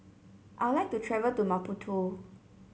I would like to travel to Maputo